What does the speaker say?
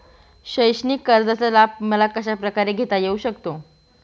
शैक्षणिक कर्जाचा लाभ मला कशाप्रकारे घेता येऊ शकतो?